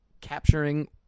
capturing